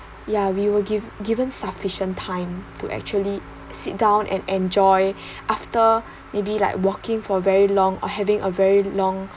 ya we will give given sufficient time to actually sit down and enjoy after maybe like walking for a very long or having a very long